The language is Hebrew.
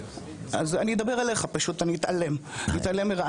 אני אדבר אליך, אני פשוט אתעלם מרעשים.